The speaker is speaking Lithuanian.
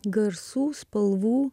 garsų spalvų